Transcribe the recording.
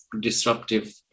disruptive